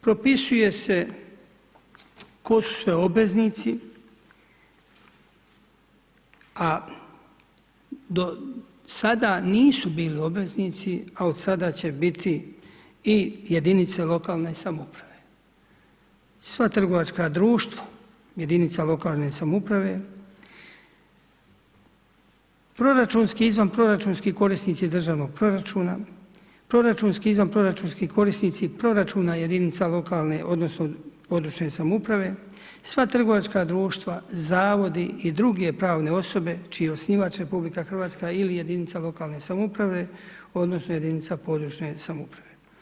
Propisuje se tko su sve obveznici a do sada nisu bili obveznici a od sada će biti i jedinice lokalne samouprave, sva trgovačka društva, jedinica lokalne samouprave, proračunski, izvanproračunski korisnici državnog proračuna, proračunski, izvanproračunski korisnici proračuna jedinica lokalne, odnosno područne samouprave, sva trgovačka društva, zavodi i druge pravne osobe čiji je osnivač RH ili jedinica lokalne samouprave, odnosno jedinica područne samouprave.